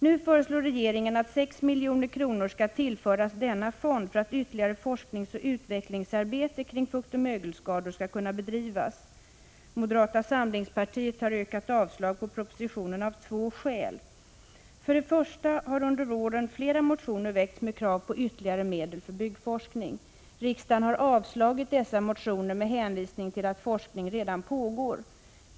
Nu föreslår regeringen att 6 milj.kr. skall tillföras denna fond för att ytterligare forskningsoch utvecklingsarbete kring fuktoch mögelskador skall kunna bedrivas. Moderata samlingspartiet har yrkat avslag på proposi tionen av två skäl. För det första har under åren flera motioner väckts med Prot. 1985/86:140 krav på ytterligare medel för byggforskning. Riksdagen har avslagit dessa 14 maj 1986 motioner med hänvisning till att forskning redan pågår.